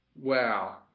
Wow